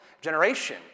generation